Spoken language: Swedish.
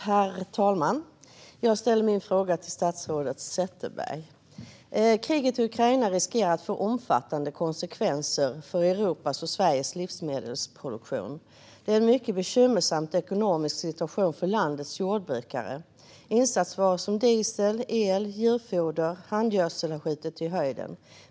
Herr talman! Jag ställer min fråga till statsrådet Sätherberg. Kriget i Ukraina riskerar att få omfattande konsekvenser för Europas och Sveriges livsmedelsproduktion. Det är en mycket bekymmersam ekonomisk situation för landets jordbrukare. Priserna på insatsvaror som diesel, el, djurfoder och handelsgödsel har skjutit i höjden.